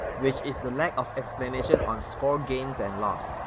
which is the lack of explanation on score gains and loss.